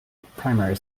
primary